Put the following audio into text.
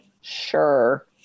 Sure